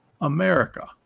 America